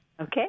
Okay